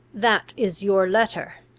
that is your letter,